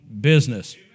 business